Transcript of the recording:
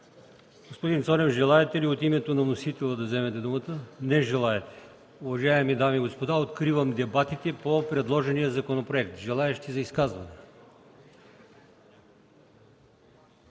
Господин Цонев, желаете ли от името на вносителя да вземете думата? Не желаете. Уважаеми дами и господа, откривам дебатите по предложения законопроект. Има ли желаещи за изказвания?